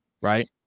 right